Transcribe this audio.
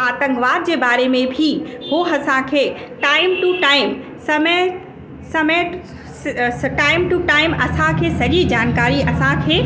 आतंकवाद जे बारे में बि हो असांखे टाइम टू टाइम समय समेट टाइम टू टाइम असांखे सॼी जानकारी असांखे